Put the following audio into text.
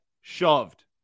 shoved